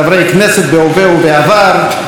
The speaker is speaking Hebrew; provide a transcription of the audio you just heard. חברי הכנסת בהווה ובעבר,